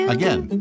again